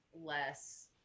less